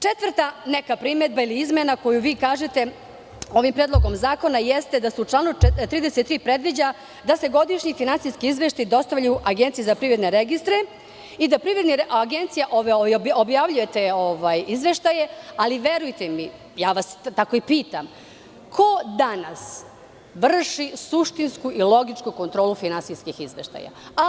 Četvrta neka primedba ili izmena koju vi kažete, ovim predlogom zakona, jeste da se članom 33. predviđa da se godišnji finansijski izveštaji dostavljaju Agenciji za privredne registre i da Agencija objavljuje te izveštaje, ali verujte mi, ja vas tako i pitam, ko danas vrši suštinsku i logičku kontrolu finansijskih izveštaja?